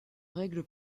règles